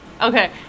Okay